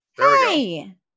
Hi